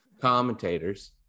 commentators